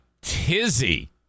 tizzy